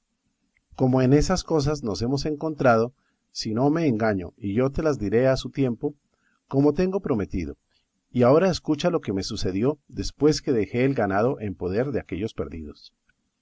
como en esas cosas nos hemos encontrado si no me engaño y yo te las diré a su tiempo como tengo prometido y ahora escucha lo que me sucedió después que dejé el ganado en poder de aquellos perdidos